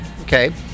Okay